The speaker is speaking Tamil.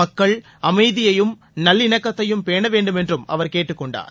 மக்கள் அமைதியையும் நல்லிணக்கத்தையும் பேண்டுமென்றும் அவர் கேட்டுக் கொண்டார்